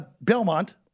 Belmont